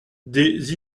des